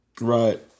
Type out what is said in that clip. Right